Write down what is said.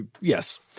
yes